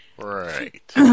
right